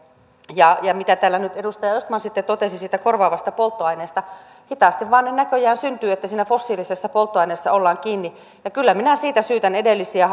ja ja mitä täällä nyt edustaja östman sitten totesi siitä korvaavasta polttoaineesta hitaasti ne vain näköjään syntyvät siinä fossiilisessa polttoaineessa ollaan kiinni ja kyllä minä siitä syytän edellisiä